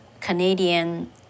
Canadian